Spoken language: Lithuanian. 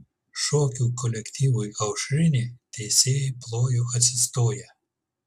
šokių kolektyvui aušrinė teisėjai plojo atsistoję